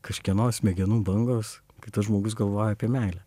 kažkieno smegenų bangos kai tas žmogus galvoja apie meilę